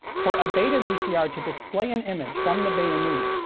for a beta vcr to display an image from the betamovie,